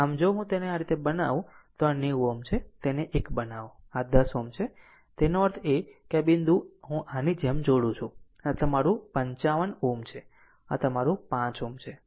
આમ જો હું તેને આ રીતે બનાવું તો આ 90 Ω છે તેને 1 બનાવો આ 10 Ω છે તેનો અર્થ એ કે આ બિંદુ હું આની જેમ જોડું છું અને આ તમારું 55 55 Ω છે અને આ તમારું 5 Ω છે